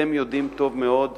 אתם יודעים טוב מאוד